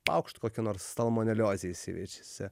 paukšt kokia nors salmoneliozė įsiveisia